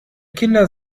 kinder